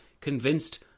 Convinced